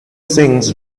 sings